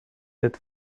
that